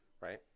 right